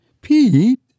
Pete